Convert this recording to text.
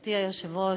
גברתי היושבת-ראש,